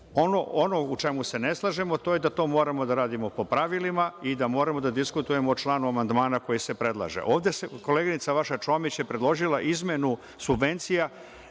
u čemu se ne slažemo, to je da to moramo da radimo po pravilima i da moramo da diskutujemo o članu amandmana koji se predlaže. Vaša koleginica Čomić je predložila izmenu subvencija